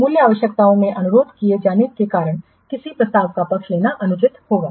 मूल आवश्यकता में अनुरोध नहीं किए जाने के कारणकिसी प्रस्ताव का पक्ष लेना अनुचित होगा